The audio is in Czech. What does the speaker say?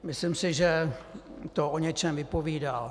Myslím si, že to o něčem vypovídá.